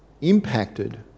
impacted